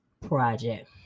Project